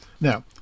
Now